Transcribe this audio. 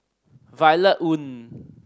Violet Oon